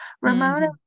Ramona